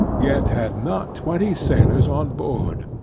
yet had not twenty sailors on board,